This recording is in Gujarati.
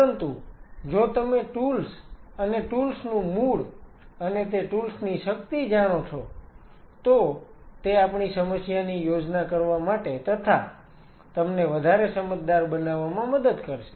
પરંતુ જો તમે ટુલ્સ અને ટુલ્સ નું મૂળ અને તે ટુલ્સ ની શક્તિ જાણો છો તો તે આપણી સમસ્યાની યોજના કરવા માટે તથા તમને વધારે સમજદાર બનવામાં મદદ કરશે